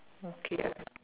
okay